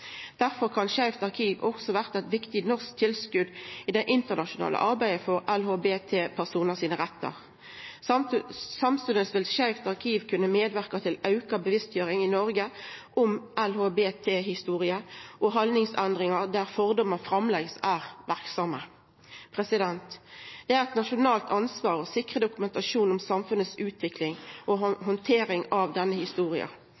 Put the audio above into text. kan Skeivt arkiv òg bli eit viktig norsk tilskot til det internasjonale arbeidet for rettane til LHBT-personar. Samstundes vil Skeivt arkiv kunne medverka til auka bevisstgjering i Noreg om LHBT-historie, og haldningsendringar der fordommar framleis er verksame. Det er eit nasjonalt ansvar å sikra dokumentasjon om utviklinga i samfunnet og handteringa av denne historia.